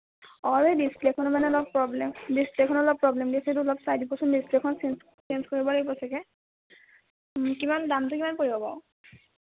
অঁ মানে ডিছপ্লেখনৰ মানে অলপ প্ৰব্লেম ডিছপ্লেখন অলপ প্ৰব্লেম দি আছে সেইটো অলপ চাই দিবচোন দেই ডিছপ্লেখন চেঞ্জ কৰিব লাগিব চাগৈ কিমান দামটো কিমান পৰিব বাৰু